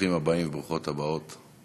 ברוכים הבאים, ברוכות הבאות.